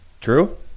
True